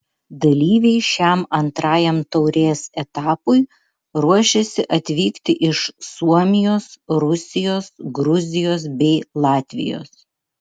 dalyviai šiam antrajam taurės etapui ruošiasi atvykti iš suomijos rusijos gruzijos bei latvijos